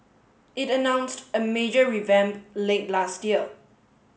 it announced a major revamp late last year